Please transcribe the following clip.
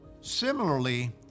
Similarly